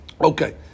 Okay